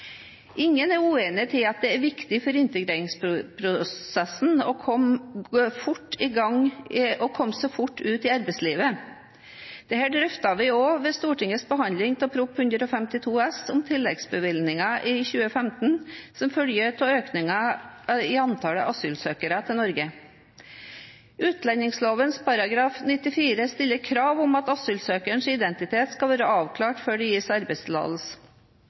Ingen er uenig i at det er viktig for integreringsprosessen å komme seg fort ut i arbeidslivet. Dette drøftet vi også ved Stortingets behandling av Prop. 152 S for 2014–2015, om tilleggsbevilgning som følge av økning i antallet asylsøkere til Norge. Utlendingsloven § 94 stiller krav om at asylsøkerens identitet skal være avklart før det gis arbeidstillatelse.